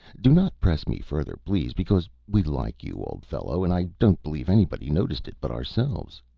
do not press me further, please, because we like you, old fellow, and i don't believe anybody noticed it but ourselves.